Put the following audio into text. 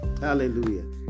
Hallelujah